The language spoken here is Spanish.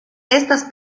estas